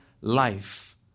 life